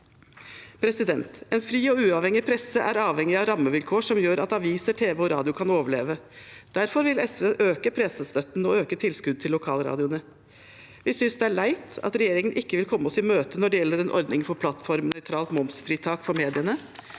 lesing. En fri og uavhengig presse er avhengig av rammevilkår som gjør at aviser, tv og radio kan overleve. Derfor vil SV øke pressestøtten og øke tilskuddet til lokalradioene. Vi syns det er leit at regjeringen ikke vil komme oss i møte når det gjelder en ordning for plattformnøytralt momsfritak for mediene,